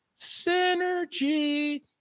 Synergy